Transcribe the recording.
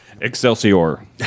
Excelsior